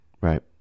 Right